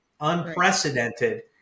unprecedented